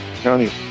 county